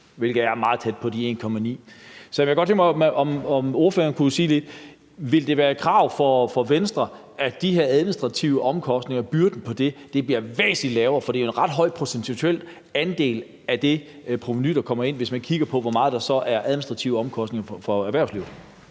hvilket er meget tæt på de 1,9 mia. kr. Så jeg kunne godt tænke mig at høre, om ordføreren kunne sige lidt om, om det ville være et krav for Venstre, at de her administrative omkostninger bliver væsentlig lavere, for det er en ret høj procentuel andel af det provenu, der kommer ind, hvis man kigger på, hvor meget der så er af administrative omkostninger for erhvervslivet.